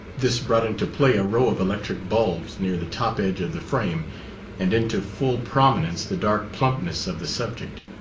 this brought into play a row of electric bulbs near the top edge of the frame and into full prominence the dark plumpness of the subject.